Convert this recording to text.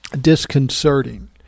disconcerting